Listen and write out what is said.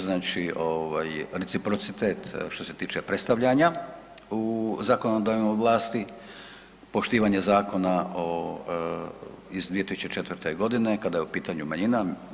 Znači reciprocitet što se tiče predstavljanja u zakonodavnoj vlasti, poštovanja Zakona iz 2004. godine kada je u pitanju manjina.